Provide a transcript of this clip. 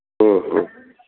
ಹ್ಞೂ ಹ್ಞೂ